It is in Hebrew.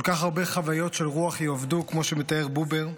כל כך הרבה חוויות של רוח יאבדו כמו שמתאר בובר.